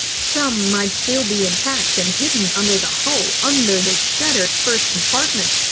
some might still be intact and hidden under the hull, under the shattered first compartment,